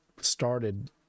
started